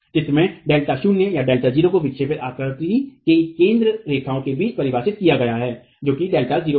चित्र में डेल्टा शून्य Δ0 को विक्षेपित आकृति के केंद्र रेखाओं के बीच परिभाषित किया गया है जो कि Δ0 है